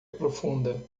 profunda